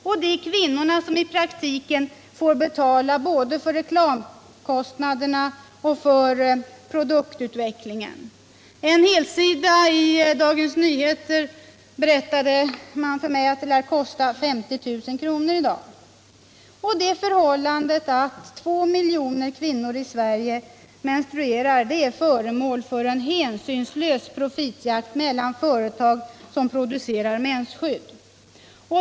Det är kvinnorna som i praktiken får betala både för reklamannonserna — en helsida i Dagens Nyheter lär kosta nästan 50 000 kr. — och produktutvecklingen. Det förhållandet att 2 miljoner kvinnor i Sverige menstruerar är föremål för en hänsynslös profitjakt mellan företag som producerar mensskydd.